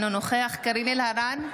אינו נוכח קארין אלהרר,